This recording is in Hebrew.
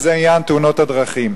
וזה עניין תאונות הדרכים.